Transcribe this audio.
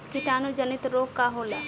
कीटाणु जनित रोग का होला?